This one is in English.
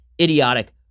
idiotic